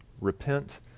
Repent